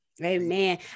Amen